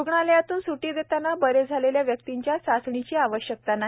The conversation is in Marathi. रुग्णालयातून सुटी देताना बरे झालेल्या व्यक्तिंच्याचाचणीचीआवश्यकता नाही